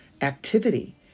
activity